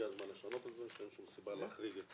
הזמן לשנות את זה ואין שום סיבה להחריג את